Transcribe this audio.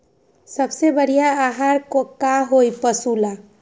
सबसे बढ़िया आहार का होई पशु ला?